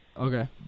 Okay